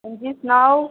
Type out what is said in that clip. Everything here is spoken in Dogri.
हंजी सनाओ